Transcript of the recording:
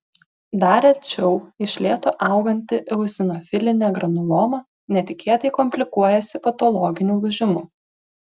dar rečiau iš lėto auganti eozinofilinė granuloma netikėtai komplikuojasi patologiniu lūžimu